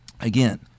Again